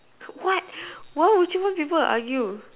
what why would you want people to argue